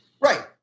Right